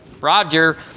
Roger